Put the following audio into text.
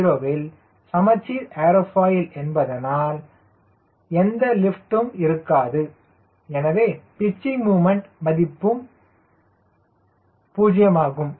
𝛼0 இல் சமச்சீர் ஏர்ஃபாயில் என்பதால் எந்த லிப்ட் இருக்காது எனவே பிச்சிங் முமண்ட் மதிப்பு 0 ஆகும்